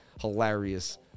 Hilarious